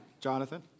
Jonathan